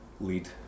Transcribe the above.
lead